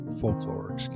folklore